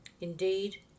Indeed